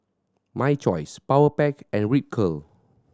My Choice Powerpac and Ripcurl